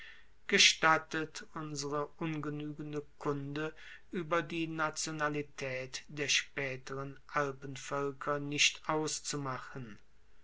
gestattet unsere ungenuegende kunde ueber die nationalitaet der spaeteren alpenvoelker nicht auszumachen